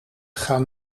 gaan